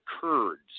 Kurds